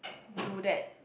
do that